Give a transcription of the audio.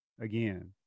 again